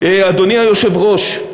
אדוני היושב-ראש,